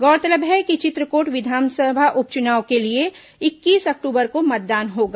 गौरतलब है कि चित्रकोट विधानसभा उप चुनाव के लिए इक्कीस अक्टूबर को मतदान होगा